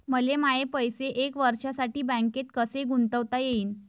मले माये पैसे एक वर्षासाठी बँकेत कसे गुंतवता येईन?